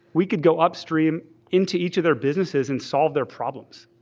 we could go upstream into each of their businesses and solve their problems.